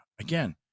Again